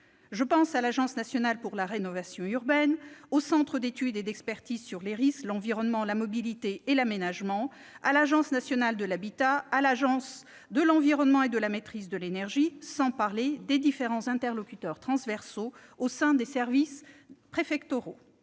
Je pense à l'Agence nationale pour la rénovation urbaine, au Centre d'études et d'expertise sur les risques, l'environnement, la mobilité et l'aménagement, à l'Agence nationale de l'habitat, à l'Agence de l'environnement et de la maîtrise de l'énergie, sans parler des différents interlocuteurs transversaux au sein des services préfectoraux.